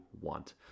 want